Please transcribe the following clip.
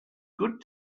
good